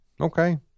Okay